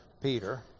Peter